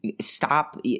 stop